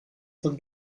von